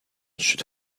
should